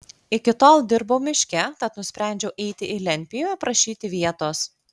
iki tol dirbau miške tad nusprendžiau eiti į lentpjūvę prašyti vietos